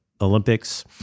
Olympics